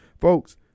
Folks